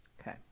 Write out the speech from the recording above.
Okay